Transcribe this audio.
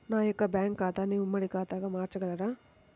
నా యొక్క బ్యాంకు ఖాతాని ఉమ్మడి ఖాతాగా మార్చగలరా?